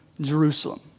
Jerusalem